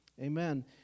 Amen